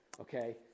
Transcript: Okay